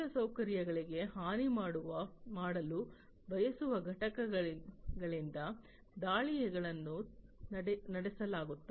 ಮೂಲಸೌಕರ್ಯಗಳಿಗೆ ಹಾನಿ ಮಾಡಲು ಬಯಸುವ ಘಟಕಗಳಿಂದ ದಾಳಿಗಳನ್ನು ನಡೆಸಲಾಗುತ್ತದೆ